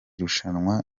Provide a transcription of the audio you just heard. rushanwa